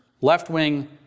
left-wing